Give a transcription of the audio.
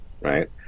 right